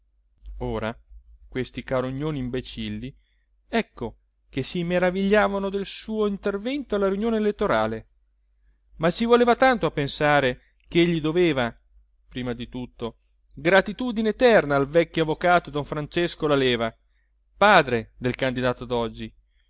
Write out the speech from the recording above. ora questi carognoni imbecilli ecco che si maravigliavano del suo intervento alla riunione elettorale ma ci voleva tanto i pensare chegli doveva prima di tutto gratitudine eterna al vecchio avvocato don francesco laleva padre del candidato doggi